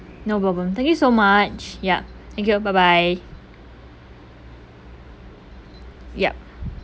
no problem thank you so much yup thank you bye bye yup